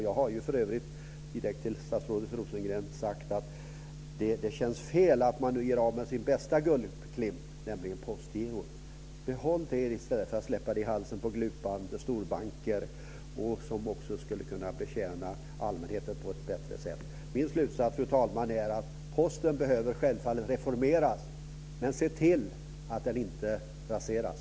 Jag har för övrigt direkt till statsrådet Rosengren sagt att det känns fel att man nu gör sig av med sin bästa guldklimp, nämligen Postgirot. Behåll det i stället för att släppa det i halsen på glupande storbanker, så skulle det också kunna betjäna allmänheten på ett bättre sätt. Min slutsats, fru talman, är att Posten självfallet behöver reformeras. Men se till att den inte raseras!